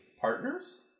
partners